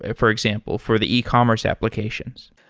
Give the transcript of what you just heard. ah for example, for the ecommerce applications?